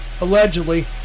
allegedly